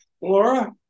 Laura